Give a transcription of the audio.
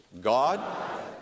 God